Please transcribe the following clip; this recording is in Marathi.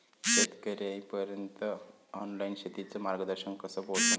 शेतकर्याइपर्यंत ऑनलाईन शेतीचं मार्गदर्शन कस पोहोचन?